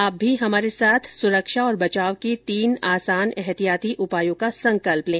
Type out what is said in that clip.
आप भी हमारे साथ सुरक्षा और बचाव के तीन आसान एहतियाती उपायों का संकल्प लें